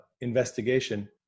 investigation